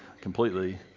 completely